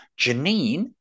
Janine